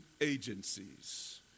agencies